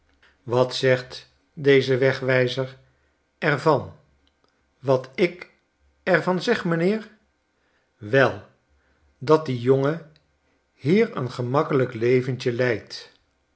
wat zegt onze wegwijzer er van wat ik er van zeg meneer wei dat die jongen hier een gemakkelijk leventje leidt